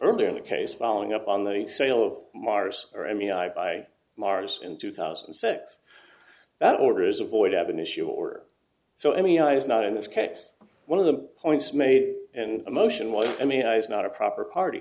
earlier in the case following up on the sale of mars or i mean i by mars in two thousand and six that order is avoid have an issue or so any i was not in this case one of the points made and a motion was i mean it's not a proper party